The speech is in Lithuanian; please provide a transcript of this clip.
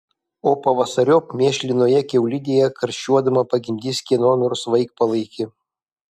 o pavasariop mėšlinoje kiaulidėje karščiuodama pagimdys kieno nors vaikpalaikį